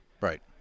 Right